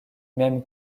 même